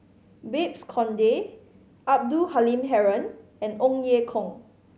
Babes Conde Abdul Halim Haron and Ong Ye Kung